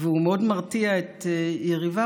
והוא מאוד מרתיע את יריביו,